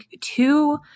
two